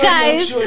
Guys